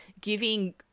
giving